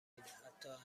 میده، حتا